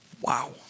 Wow